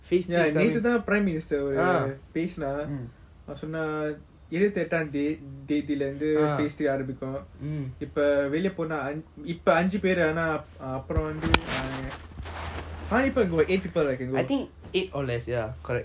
ya நேத்து தான்:neathu thaan prime minister பேசுனன் அவன் சொன்னான் இறுதி ஏதந்தீயத்திலேந்து:peasunan avan sonan iruvathi eatantheathilanthu phase three ஆரம்பிக்கும் இப்போ வெளியாய் போன இப்போ அஞ்சி பெரு ஆனா அப்புறம் வந்து:aarambikum ipo veliay pona ipo anji peru aana apram vanthu how many people can go eight people ah can go